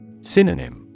Synonym